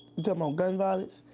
yeah um ah gun violence,